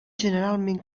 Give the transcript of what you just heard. generalment